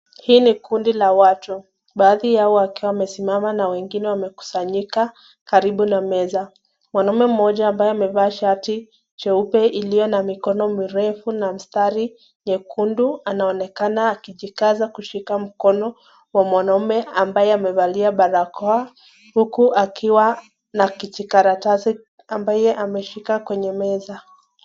Hii ni kundi la watu, baadhi yao wakiwa wamesimama na wengine wamekusanyika karibu na meza. Mwanaume mmoja ambaye amevaa shati jeupe iliyo na mikono mirefu na mistari nyekundu, anaonekana akijikaza kushika mkono wa mwanaume ambaye amevalia barakoa, huku akiwa na kijikaratasi ambayo ameshika kwenye meza.